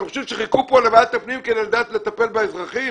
אתם חושבים שחיכו פה לוועדת הפנים כדי לדעת לטפל באזרחים?